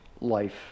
life